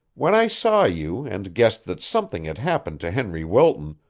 when i saw you and guessed that something had happened to henry wilton,